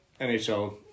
NHL